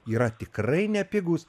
yra tikrai nepigūs